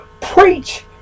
preach